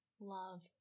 love